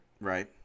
right